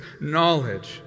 knowledge